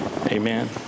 Amen